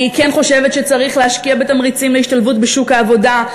אני כן חושבת שצריך להשקיע בתמריצים והשתלבות בשוק העבודה,